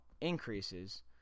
Increases